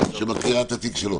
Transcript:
שמכירה את התיק שלו.